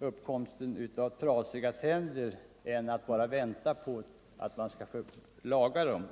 uppkomsten av hål i tänderna än att bara vänta till dess att de måste lagas.